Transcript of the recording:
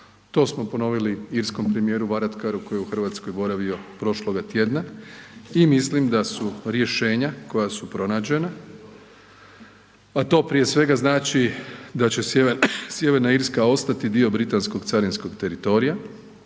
to smo ponovili irskom premijeru Varadkaru koji je u Hrvatskoj boravio prošloga tjedna i mislim da su rješenja koja su pronađena, a to prije svega znači da će Sj. Irska ostati dio britanskog carinskog teritorija